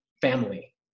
family